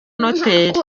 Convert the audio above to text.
noteri